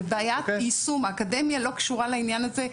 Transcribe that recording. זו בעיית יישום, האקדמיה לא קשורה לעניין הזה.